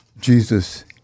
jesus